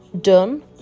done